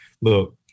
look